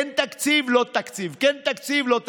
כן תקציב, לא תקציב, כן תקציב, לא תקציב.